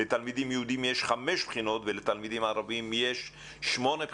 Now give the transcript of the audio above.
לתלמידים יהודים יש חמש בחינות ולתלמידים ערבים יש שמונה בחינות.